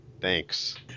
thanks